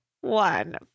One